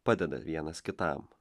padeda vienas kitam